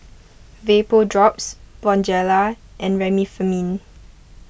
Vapodrops Bonjela and Remifemin